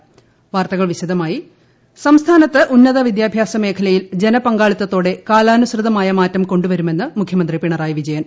മുഖ്യമന്തി സംസ്ഥാനത്ത് ഉന്നത വിദ്യാഭ്യാസ മേഖലയിൽ ജനപങ്കാളിത്ത ത്തോടെ കാലാനുസൃതമായ മാറ്റം കൊണ്ടുവരുമെന്ന് മുഖ്യമന്ത്രി പിണറായി വിജയൻ